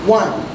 one